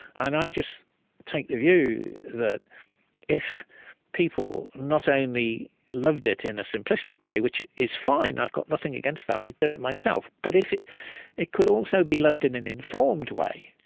and i just take the view that if people not only loved it in a simplistic way, which is fine i've got nothing against that i do it myself but if it it could also be loved in an informed way,